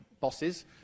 bosses